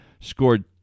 scored